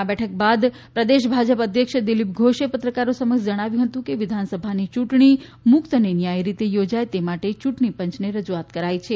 આ બેઠક બાદ પ્રદેશ ભાજપ અધ્યક્ષ દિલીપ ધોષે પત્રકારો સમક્ષ જણાવ્યું હતુ કે વિધાનસભાની ચૂંટણી મુક્ત અને ન્યાયી રીતે યોજાય તે માટે ચૂંટણી પંયને રજૂઆત કરાઈ છે